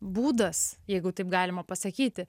būdas jeigu taip galima pasakyti